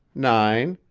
nine,